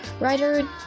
Writer